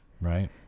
Right